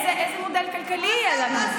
איזה מודל כלכלי יהיה לנו?